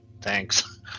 Thanks